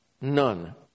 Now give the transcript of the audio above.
none